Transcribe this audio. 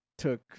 took